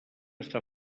està